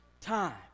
time